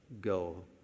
go